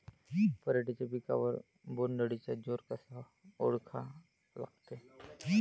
पराटीच्या पिकावर बोण्ड अळीचा जोर कसा ओळखा लागते?